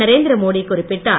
நரேந்திர மோடி குறிப்பிட்டார்